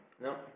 No